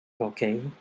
Okay